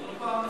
עוד הפעם הסתה?